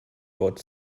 wort